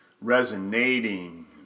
Resonating